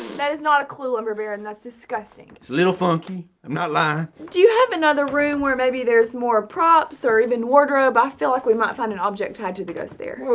that is not a clue lumber baron, that's disgusting. it's a little funky i'm not lying. do you have another room where maybe there's more props or even wardrobe. i feel like we might find an object tied to the ghost there.